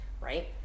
right